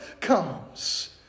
comes